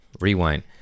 Rewind